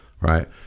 right